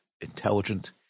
intelligent